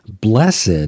Blessed